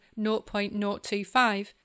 0.025